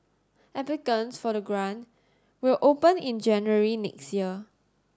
applicants for the grant will open in January next year